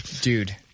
Dude